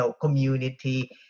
community